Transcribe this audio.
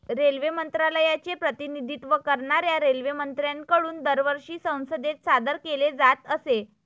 railway मंत्रालयाचे प्रतिनिधित्व करणाऱ्या रेल्वेमंत्र्यांकडून दरवर्षी संसदेत सादर केले जात असे